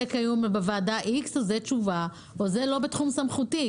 זה כיום בוועדה X או זה לא בתחום סמכותו,